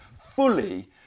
fully